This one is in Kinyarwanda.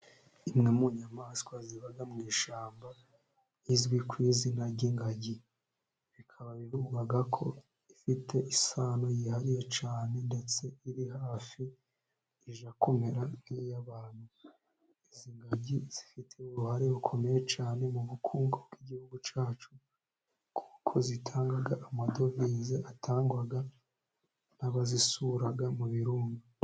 Imwe mu nyamaswa ziba mu ishyamba izwi ku izina ry'ingagi, bikaba bivugwa ko ifite isano yihariye cyane, ndetse iri hafi ijya kumera nk'iy'abantu. Izi ngagi zifite uruhare rukomeye cyane mu bukungu bw'igihugu cyacu, kuko zitanga amadovize atangwa n'abazisura mu birunga.